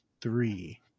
three